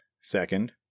Second